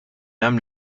hemm